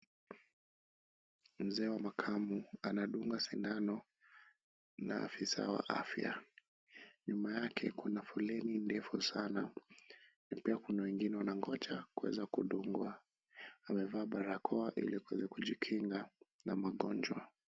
Mzee wa makamu anadungwa sindano na afisa wa afya. Nyuma yake kuna foleni ndefu sana na pia kuna wengine wanangoja kuweza kudungwa. Amevaa barakoa ili kuweza kujikinga na magonjwa.